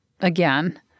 again